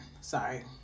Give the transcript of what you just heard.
Sorry